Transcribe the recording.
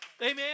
Amen